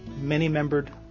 many-membered